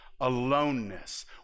aloneness